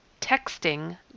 Texting